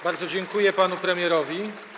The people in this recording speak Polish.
Bardzo dziękuję panu premierowi.